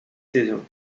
saisons